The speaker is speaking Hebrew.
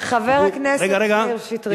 חבר הכנסת מאיר שטרית,